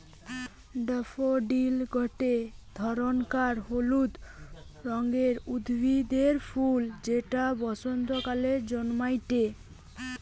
daffodil গটে ধরণকার হলুদ রঙের উদ্ভিদের ফুল যেটা বসন্তকালে জন্মাইটে